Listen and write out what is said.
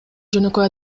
жөнөкөй